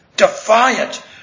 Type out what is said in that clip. defiant